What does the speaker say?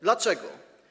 Dlaczego?